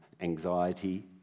anxiety